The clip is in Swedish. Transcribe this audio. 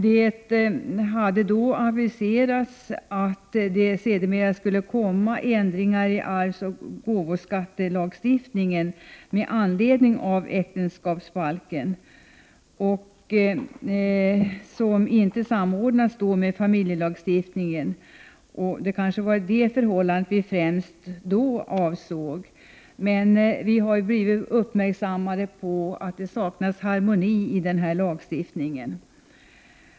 Det hade då aviserats att det sedermera skulle komma ändringar i arvsoch gåvoskattelagstiftningen med anledning av äktenskapsbalken, ändringar som ännu inte samordnats med familjelagstiftningen. Det var väl främst det förhållandet vi då avsåg, men vi har blivit uppmärksammade på att det saknas harmoni i denna lagstiftning.